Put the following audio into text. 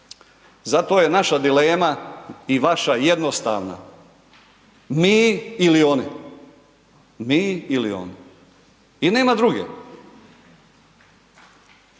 Zato je naša dilema i vaša jednostavna, mi ili oni, mi ili oni i nema druge.